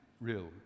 real